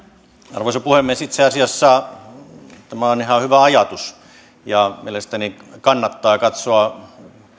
arvoisa puhemies itse asiassa tämä on ihan hyvä ajatus ja mielestäni kannattaa katsoa